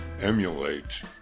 emulate